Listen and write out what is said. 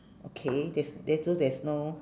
okay there's there so there's no